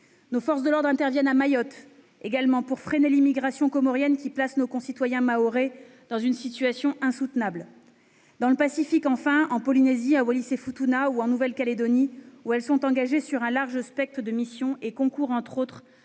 Nos forces de l'ordre interviennent également à Mayotte pour freiner l'immigration comorienne, qui place nos concitoyens mahorais dans une situation insoutenable. Dans le Pacifique enfin, en Polynésie française, à Wallis-et-Futuna ou en Nouvelle-Calédonie, elles sont engagées sur un large spectre de missions et concourent, entre autres,